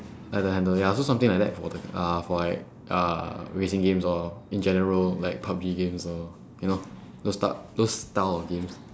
like the handle ya so something like that for the uh for like uh racing games lor in general like PUBG games lor you know those typ~ those style of games